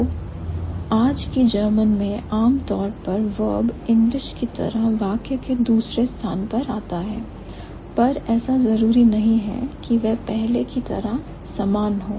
तो आज की जर्मन में आम तौर पर verb इंग्लिश की तरह वाक्य में दूसरे स्थान पर आता है पर ऐसा जरूरी नहीं है कि वह पहले की तरह समान हो